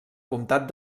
comtat